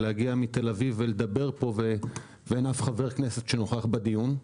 להגיע מתל אביב ולדבר פה כשאין אף חבר כנסת שנוכח בדיון.